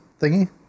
thingy